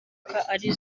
ari